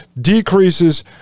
decreases